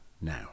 now